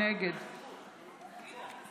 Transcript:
נגד נא לקרוא בשמות